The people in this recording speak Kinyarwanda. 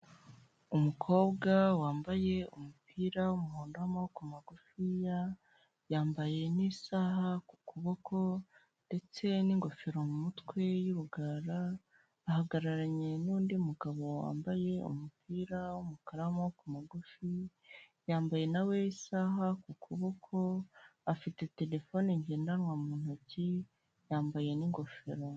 Umukobwa wambaye umupira w'umuhondo w'amaboko magufiya yambaye n'isaha ku kuboko ndetse n'ingofero mu mutwe yurugara, ahagararanye n'undi mugabo wambaye umupira w'umukara mugufi, yambaye na we isaha ku kuboko afite terefone ngendanwa mu ntoki yambaye ingofero.